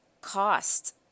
cost